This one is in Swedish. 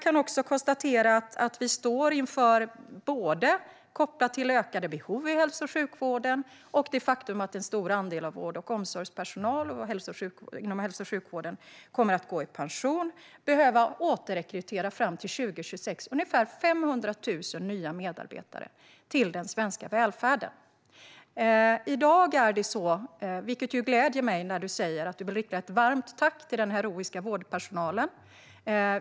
Jag konstaterar att vi står inför ökade behov i hälso och sjukvården och det faktum att en stor andel av vård och omsorgspersonalen inom hälso och sjukvården kommer att gå i pension. Fram till 2026 kommer ungefär 500 000 nya medarbetare att behöva rekryteras till den svenska välfärden. Det gläder mig att Jeff Ahl vill rikta ett varmt tack till den heroiska vårdpersonalen.